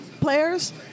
players